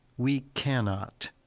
we cannot.